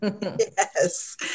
Yes